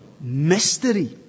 mystery